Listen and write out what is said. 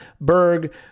Berg